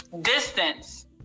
distance